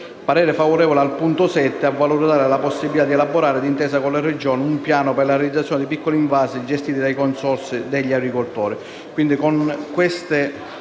a livello locale; 5) a valutare la possibilità di elaborare, d’intesa con le Regioni, un piano per la realizzazione di piccoli invasi gestiti da consorzi di agricoltori